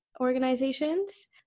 organizations